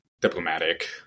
diplomatic